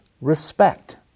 respect